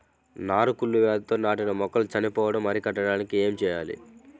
నారు కుళ్ళు వ్యాధితో నాటిన మొక్కలు చనిపోవడం అరికట్టడానికి ఏమి చేయాలి?